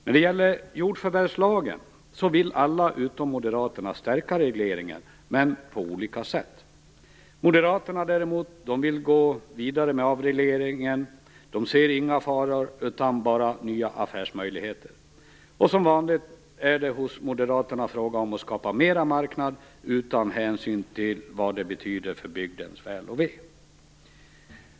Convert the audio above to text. När det gäller jordförvärvslagen vill alla utom Moderaterna stärka regleringen, men på olika sätt. Moderaterna däremot vill gå vidare med avregleringen. De ser inga faror utan bara nya affärsmöjligheter. Som vanligt hos Moderaterna är det fråga om att skapa mera marknad, utan hänsyn till vad det betyder för bygdens väl och ve.